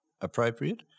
appropriate